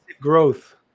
growth